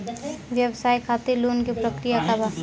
व्यवसाय खातीर लोन के प्रक्रिया का बा?